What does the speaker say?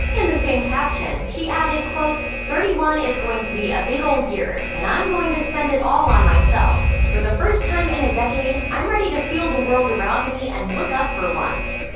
in the same caption, she added, quote, thirty one is going to be a big ol' year and i'm going to spend it all on myself. for the first time in a decade i'm ready to feel the world around me and look up for once.